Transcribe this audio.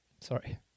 sorry